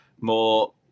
more